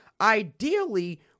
Ideally